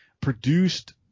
produced